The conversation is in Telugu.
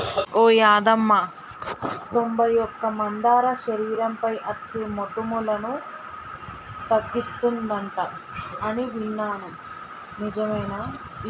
ఓ యాదమ్మ తొంబై ఒక్క మందార శరీరంపై అచ్చే మోటుములను తగ్గిస్తుందంట అని ఇన్నాను నిజమేనా